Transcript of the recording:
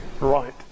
Right